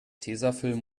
tesafilm